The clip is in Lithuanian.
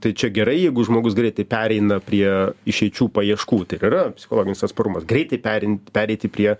tai čia gerai jeigu žmogus greitai pereina prie išeičių paieškų tai yra psichologinis atsparumas greitai perint pereiti prie